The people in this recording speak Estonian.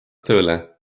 tööle